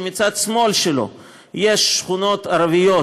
שמצד שמאל שלו יש שכונות ערביות,